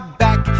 back